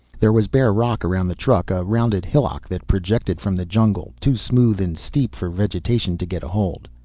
there was bare rock around the truck, a rounded hillock that projected from the jungle, too smooth and steep for vegetation to get a hold.